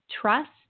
trust